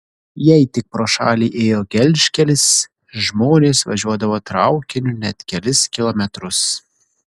jei tik pro šalį ėjo gelžkelis žmonės važiuodavo traukiniu net kelis kilometrus